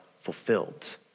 fulfilled